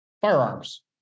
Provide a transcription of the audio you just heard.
firearms